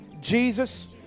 Jesus